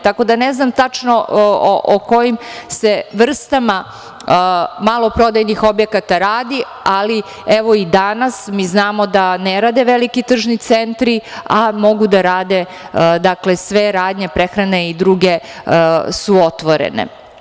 Tako da ne znam tačno o kojim se vrstama maloprodajnih objekata radi, ali evo i danas mi znamo da ne rade veliki tržni centri, a mogu da rade, sve radnje prehrane i druge su otvorene.